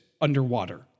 Underwater